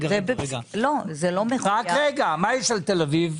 מה יש על תל אביב?